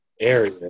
area